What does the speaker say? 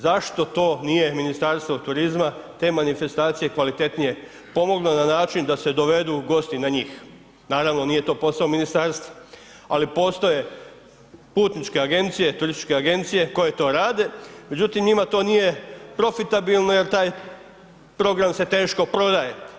Zašto to nije Ministarstvo turizma, te manifestacije kvalitetnije pomoglo na način da se dovedu gosti na njih, naravno nije to posao Ministarstva, ali postoje putničke agencije, turističke agencije koje to rade, međutim njima to nije profitabilno jer taj program se teško prodaje.